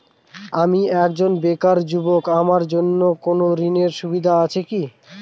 আমি একজন বেকার যুবক আমার জন্য কোন ঋণের সুবিধা আছে কি?